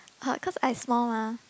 oh cause I small mah